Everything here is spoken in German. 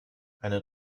eine